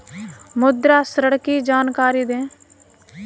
मुद्रा ऋण की जानकारी दें?